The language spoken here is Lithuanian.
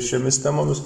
šiomis temomis